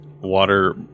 water